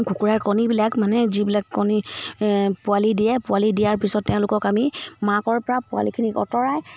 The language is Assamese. কুকুুৰাৰ কণীবিলাক মানে যিবিলাক কণী পোৱালি দিয়ে পোৱালি দিয়াৰ পিছত তেওঁলোকক আমি মাকৰ পৰা পোৱালিখিনিক অঁতৰাই